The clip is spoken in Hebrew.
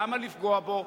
למה לפגוע בו?